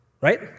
right